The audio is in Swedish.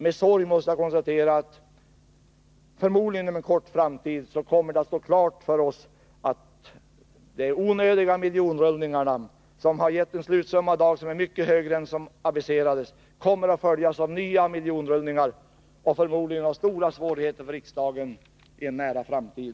Med sorg måste jag konstatera att det förmodligen inom en kort framtid kommer att stå klart för oss att de onödiga miljonrullningarna, som i dag uppgår till en slutsumma som är mycket högre än den som aviserades, kommer att följas av nya miljonrullningar och förmodligen av stora svårigheter för riksdagen i en nära framtid.